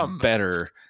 better